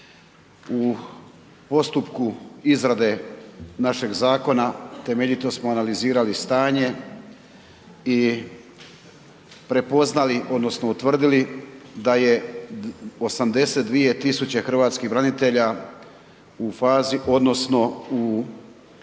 u postupku izrade našeg zakona temeljito smo analizirali stanje i prepoznali, odnosno utvrdili da je 82 tisuće hrvatskih branitelja u fazi, odnosno u,